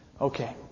Okay